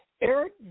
Eric